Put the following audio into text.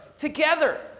Together